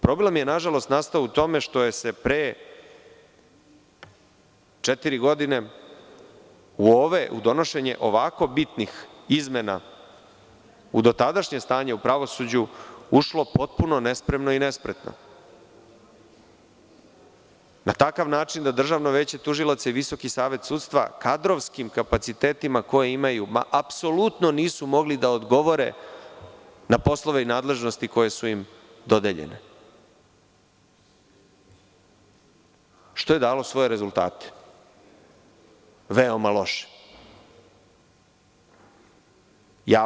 Problem je nastao u tome što se pre četiri godine u donošenje ovako bitnih izmena, u dotadašnje stanje u pravosuđu, ušlo potpuno nespremno i nespretno, na takav način da Državno veće tužilaca i VSS kadrovskim kapacitetima koje imaju, apsolutno nisu mogli da odgovore na poslove i nadležnosti koje su im dodeljene, što je dalo svoje rezultate, veoma loše.